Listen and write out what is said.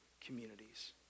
communities